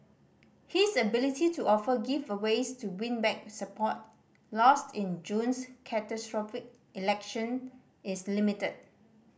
his ability to offer giveaways to win back support lost in June's catastrophic election is limited